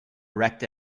erect